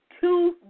two